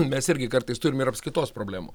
mes irgi kartais turim ir apskaitos problemų